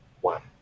one